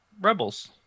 Rebels